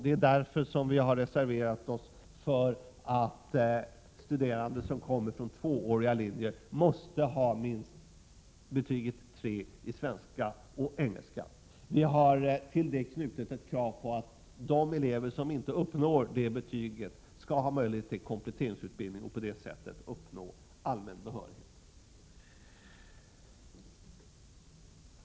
Det är därför som vi har reserverat oss för att studerande som kommer från tvååriga gymnasielinjer måste ha minst betyget 3 i svenska och engelska. Vi har till detta knutit ett krav på att de elever som inte uppnått de betygen skall ha möjlighet till kompletteringsutbildning för att på det sättet uppnå allmän behörighet.